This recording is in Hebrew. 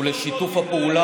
אל תסתכל על עם ישראל בכלל.